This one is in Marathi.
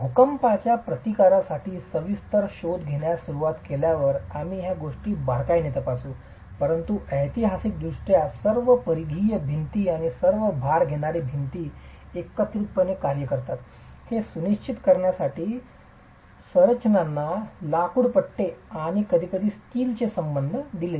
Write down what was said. भूकंपाच्या प्रतिकारासाठी सविस्तर शोध घेण्यास सुरुवात केल्यावर आम्ही या गोष्टी अधिक बारकाईने तपासू परंतु ऐतिहासिकदृष्ट्या सर्व परिघीय भिंती आणि सर्व भार घेणारी भिंती एकत्रितपणे कार्य करतात हे सुनिश्चित करण्यासाठी संरचनांना लाकूड पट्टे आणि कधीकधी स्टीलचे संबंध दिले गेले